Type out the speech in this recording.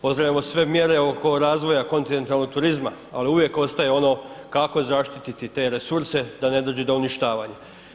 Pozdravljamo sve mjere oko razvoja kontinentalnog turizma, ali uvijek ostaje ono kako zaštiti te resurse da ne dođe do uništavanja.